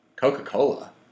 Coca-Cola